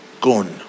gone